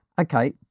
Okay